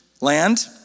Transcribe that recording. land